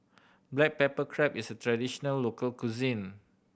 black pepper crab is a traditional local cuisine